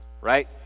right